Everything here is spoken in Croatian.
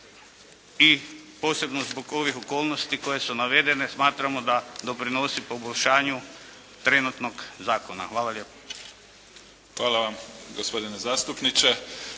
i posebno zbog ovih okolnosti koje su navedene smatramo da doprinosi poboljšanju trenutnog zakona. Hvala lijepo. **Mimica, Neven (SDP)** Hvala vam gospodine zastupniče.